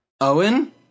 Owen